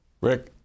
Rick